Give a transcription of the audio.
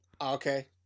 Okay